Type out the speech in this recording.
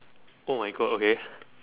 oh my god okay